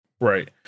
Right